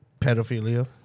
pedophilia